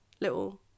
little